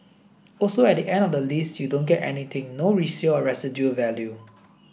also at the end of the lease you don't get anything no resale or residual value